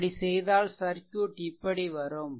அப்படி செய்தால் சர்க்யூட் இப்படி வரும்